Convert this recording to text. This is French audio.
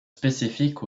spécifiques